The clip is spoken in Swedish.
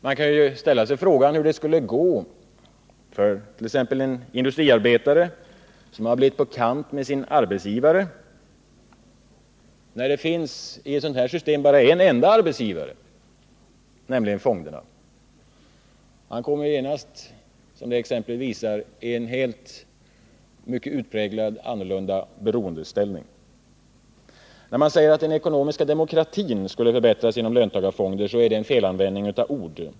Man kan ställa sig frågan hur det t.ex. skulle gå för en industriarbetare, som har kommit på kant med sin arbetsgivare när det finns bara en enda sådan, nämligen fonderna. Han kommer genast i en mycket utpräglad beroendeställning. När man säger att den ekonomiska demokratin skulle förbättras genom löntagarfonder är det en felanvändning av ord.